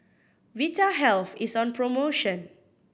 Vitahealth is on promotion